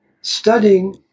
studying